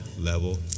level